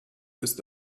ist